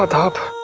but up